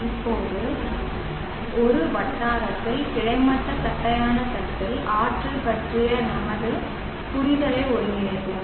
இப்போது ஒரு வட்டாரத்தில் கிடைமட்ட தட்டையான தட்டில் ஆற்றல் பற்றிய நமது புரிதலை ஒருங்கிணைப்போம்